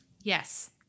Yes